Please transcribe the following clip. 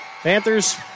Panthers